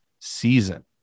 season